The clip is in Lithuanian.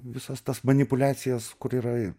visas tas manipuliacijas kur yra